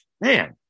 Man